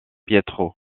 pietro